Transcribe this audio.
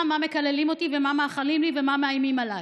מה מקללים אותי ומה מאחלים לי ומה מאיימים עליי.